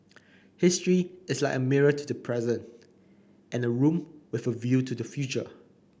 history is like a mirror to the present and a room with a view to the future